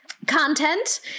content